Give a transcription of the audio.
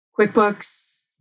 QuickBooks